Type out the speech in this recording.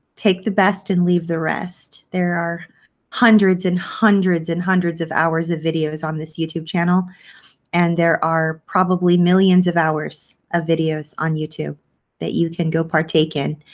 take the best and leave the rest. there are hundreds and hundreds and hundreds of hours of videos on this youtube channel and there are probably millions of hours of videos on youtube that you can go partake in.